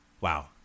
Wow